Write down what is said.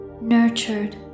nurtured